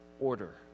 order